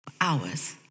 hours